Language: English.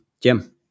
Jim